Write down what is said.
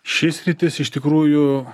ši sritis iš tikrųjų